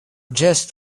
just